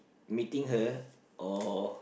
meeting her or